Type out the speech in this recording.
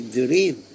dream